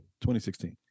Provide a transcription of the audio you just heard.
2016